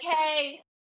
okay